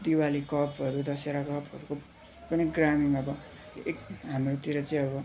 दिवाली कपहरू दसहरा कपहरूको पनि ग्रामीण अब एक हाम्रोतिर चाहिँ अब